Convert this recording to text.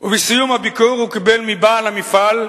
בסיום הביקור הוא קיבל מבעל המפעל מתנה.